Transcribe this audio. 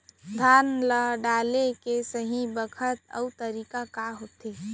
खाद ल डाले के सही बखत अऊ तरीका का होथे?